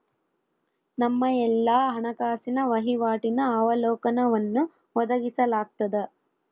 ನಮ್ಮ ಎಲ್ಲಾ ಹಣಕಾಸಿನ ವಹಿವಾಟಿನ ಅವಲೋಕನವನ್ನು ಒದಗಿಸಲಾಗ್ತದ